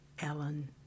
Ellen